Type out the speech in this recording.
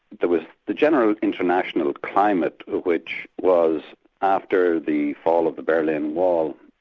there was the general international climate which was after the fall of the berlin wall,